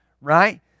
right